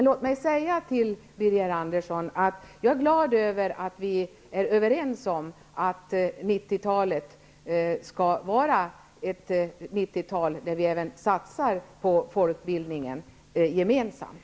Låt mig säga till Birger Andersson att jag är glad att vi är överens om att 90-talet skall vara ett årtionde då vi satsar på folkbildningen gemensamt.